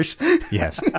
Yes